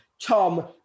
Tom